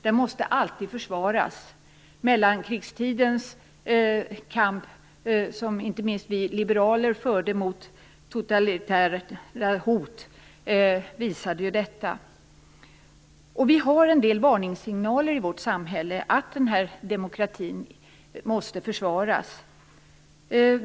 Den måste alltid försvaras. Mellankrigstidens kamp mot totalitära hot, som inte minst vi liberaler förde, visade detta. Vi har en del varningssignaler i vårt samhälle att demokratin måste försvaras.